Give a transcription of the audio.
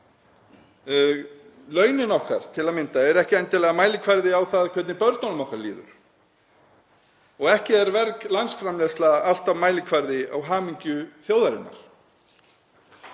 launin okkar til að mynda eru ekki endilega mælikvarði á það hvernig börnunum okkar líður og ekki er verg landsframleiðsla alltaf mælikvarði á hamingju þjóðarinnar.